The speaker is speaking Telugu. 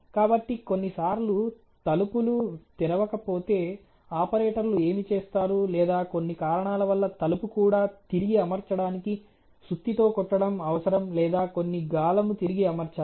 కాబట్టి కొన్నిసార్లు తలుపులు తెరవకపోతే ఆపరేటర్లు ఏమి చేస్తారు లేదా కొన్ని కారణాల వల్ల తలుపు కూడా తిరిగి అమర్చడానికి సుత్తి తో కొట్టడం అవసరం లేదా కొన్ని గాలము తిరిగి అమర్చాలి